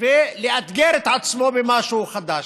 ולאתגר את עצמו במשהו חדש?